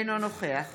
אינו נוכח